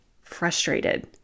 frustrated